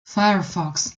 firefox